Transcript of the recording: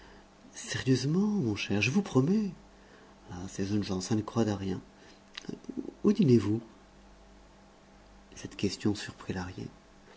sérieusement mon cher je vous promets ah ces jeunes gens ça ne croit à rien où dînez vous cette question